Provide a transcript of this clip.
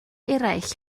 eraill